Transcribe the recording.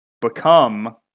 become